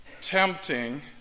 tempting